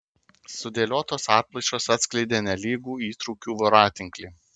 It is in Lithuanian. sudėliotos atplaišos atskleidė nelygų įtrūkių voratinklį